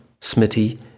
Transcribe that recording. smithy